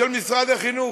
משרד החינוך?